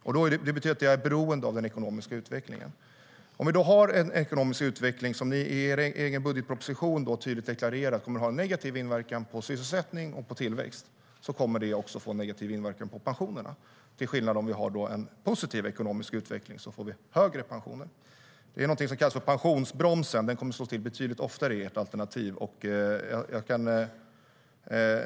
Det betyder att vi är beroende av den ekonomiska utvecklingen. Det är någonting som kallas pensionsbromsen, och den kommer att slå till betydligt oftare med ert alternativ.